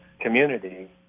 community